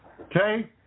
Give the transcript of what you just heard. Okay